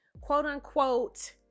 quote-unquote